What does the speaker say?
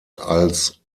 als